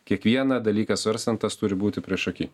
kiekvieną dalyką svarstant tas turi būti priešaky